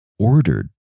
ordered